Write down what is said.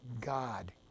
God